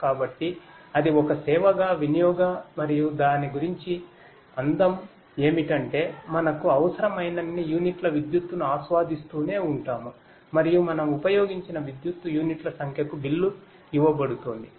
కాబట్టి అది ఒక సేవగా వినియోగ మరియు దాని గురించి అందం ఏమిటంటే మనకు అవసరమైనన్ని యూనిట్ల విద్యుత్తును ఆస్వాదిస్తూనే ఉంటాము మరియు మనం ఉపయోగించిన విద్యుత్తు యూనిట్ల సంఖ్యకు బిల్లు ఇవ్వబడుతుంది